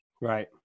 right